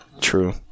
True